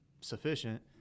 sufficient